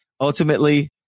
Ultimately